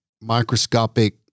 microscopic